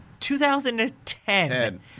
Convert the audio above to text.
2010